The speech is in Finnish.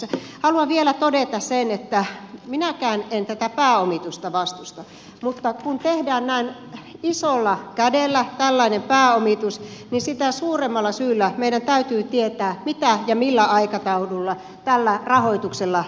haluan vielä todeta sen että minäkään en tätä pääomitusta vastusta mutta kun tehdään näin isolla kädellä tällainen pääomitus niin sitä suuremmalla syyllä meidän täytyy tietää mitä ja millä aikataululla tällä rahoituksella tehdään